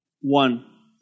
one